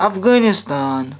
Afghanistan